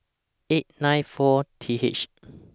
eight nine four T H